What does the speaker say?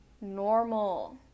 normal